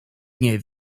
nie